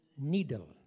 needle